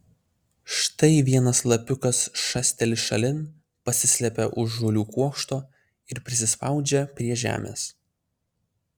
štai vienas lapiukas šasteli šalin pasislepia už žolių kuokšto ir prisispaudžia prie žemės